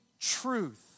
truth